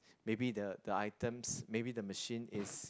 maybe the the items the machine is